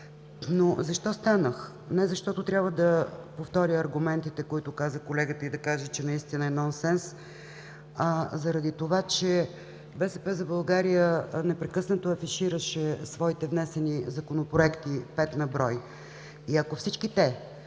Защо станах? Не защото трябва да повторя аргументите, които каза колегата и да кажа, че наистина е нонсенс, а заради това, че „БСП за България“ непрекъснато афишираше своите внесени законопроекти – пет на брой. И ако всички те